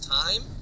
time